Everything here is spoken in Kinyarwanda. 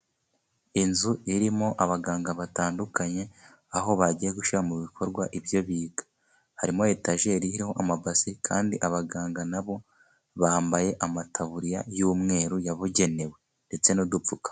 Inzu irimo abaganga batandukanye, aho bagiye gushyira mu bikorwa ibyo biga .harimo etajeri irimo amabasi, kandi abaganga nabo bambaye, amataburiya y'umweru, yabugenewe ndetse n'udupfukamunwa.